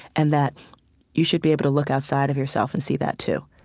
and that you should be able to look outside of yourself and see that too,